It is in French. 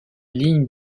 ligne